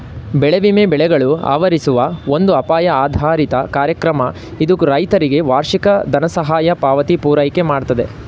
ಬೆಳೆ ವಿಮೆ ಬೆಳೆಗಳು ಆವರಿಸುವ ಒಂದು ಅಪಾಯ ಆಧಾರಿತ ಕಾರ್ಯಕ್ರಮ ಇದು ರೈತರಿಗೆ ವಾರ್ಷಿಕ ದನಸಹಾಯ ಪಾವತಿ ಪೂರೈಕೆಮಾಡ್ತದೆ